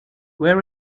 where